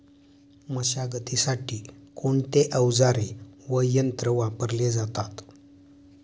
मशागतीसाठी कोणते अवजारे व यंत्र वापरले जातात?